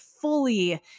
fully